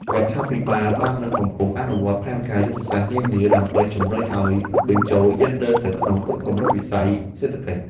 រដ្ឋាភិបាលបាននិងកំពុងអនុវត្តផែនការយុទ្ធសាស្ត្រនានា ដើម្បីជំរុញការបញ្ចូលយេនឌ័រទៅក្នុងគ្រប់វិស័យសេដ្ឋកិច្ច។